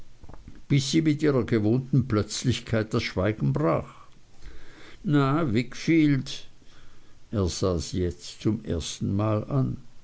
sie mit ihrer gewohnten plötzlichkeit das schweigen brach na wickfield er sah sie jetzt zum ersten male an